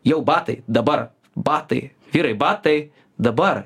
jau batai dabar batai vyrai batai dabar